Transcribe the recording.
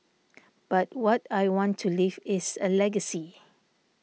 but what I want to leave is a legacy